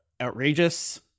Outrageous